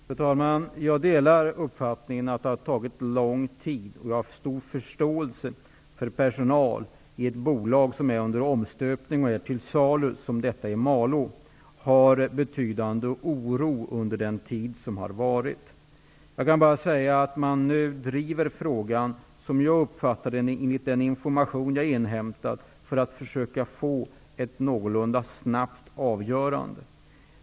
Fru talman! Jag delar uppfattningen att det här har tagit lång tid. Jag har stor förståelse för att personalen i ett bolag som är under omstöpning och som är till salu, som detta bolag i Malå, har känt en betydande oro under denna tid. Enligt den information jag har inhämtat drivs arbetet med frågan på ett sätt så att det skall bli ett någorlunda snabbt avgörande.